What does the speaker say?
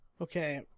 Okay